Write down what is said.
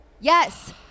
Yes